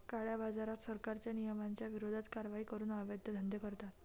काळ्याबाजारात, सरकारच्या नियमांच्या विरोधात कारवाई करून अवैध धंदे करतात